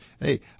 Hey